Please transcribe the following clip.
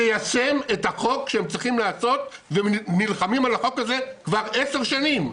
תיישם את החוק שהם צריכים לעשות ונלחמים על החוק הזה כבר 10 שנים.